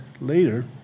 later